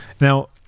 Now